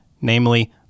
namely